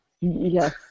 Yes